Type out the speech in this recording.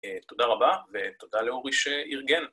תודה רבה ותודה לאורי שאירגן.